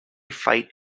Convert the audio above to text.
fight